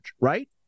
right